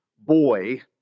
boy